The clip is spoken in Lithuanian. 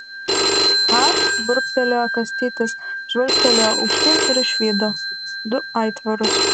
ką burbtelėjo kastytis žvilgtelėjo aukštyn ir išvydo du aitvarus